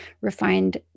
Refined